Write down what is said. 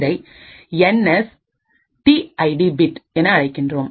இதை N S T ID bit என அழைக்கின்றோம்